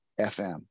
FM